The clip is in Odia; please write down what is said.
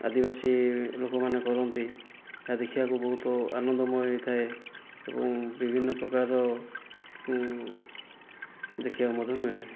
ଆଦିବାସୀ ଲୋକମାନେ କରନ୍ତି ସେଟା ଦେଖିବାକୁ ବହୁତ ଆନନ୍ଦମୟ ହୋଇଥାଏ ଏବଂ ବିଭିନ୍ନ ପ୍ରକାରର ଦେଖିବାକୁ ମଧ୍ୟ ମିଳେ